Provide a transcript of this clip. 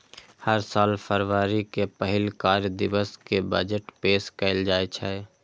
हर साल फरवरी के पहिल कार्य दिवस कें बजट पेश कैल जाइ छै